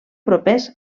propers